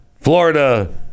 florida